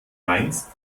meinst